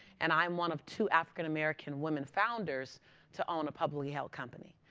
and i am one of two african american women founders to own a publicly-held company.